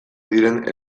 diren